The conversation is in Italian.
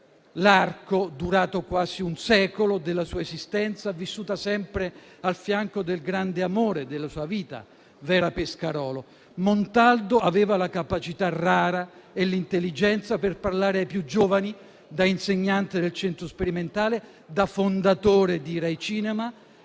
l'arco, durato quasi un secolo, della sua esistenza, vissuta sempre al fianco del grande amore della sua vita, Vera Pescarolo. Montaldo aveva la capacità rara e l'intelligenza di parlare ai più giovani, da insegnante del Centro Sperimentale di Cinematografia, da